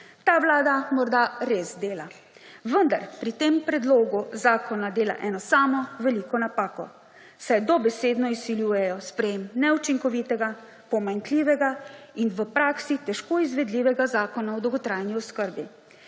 Ta vlada morda res dela, vendar pri tem predlogu zakona dela eno samo veliko napako, saj dobesedno izsiljujejo sprejem neučinkovitega, pomanjkljivega in v praksi težko izvedljivega zakona o dolgotrajni oskrbi.